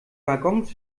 waggons